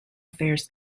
affairs